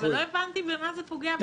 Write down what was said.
אבל לא הבנתי במה זה פוגע ביטחונית.